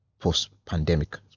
post-pandemic